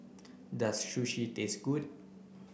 does Sushi taste good